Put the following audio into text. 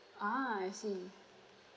ah I see